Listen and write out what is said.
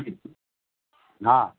हा